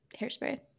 hairspray